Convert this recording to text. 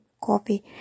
coffee